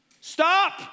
Stop